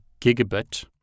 gigabit